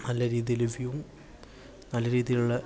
നല്ല രീതിയില് വ്യൂ നല്ലരീതിയിലുള്ള